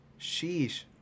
Sheesh